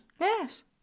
Yes